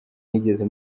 nigeze